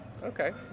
Okay